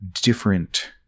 different